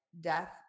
death